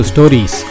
Stories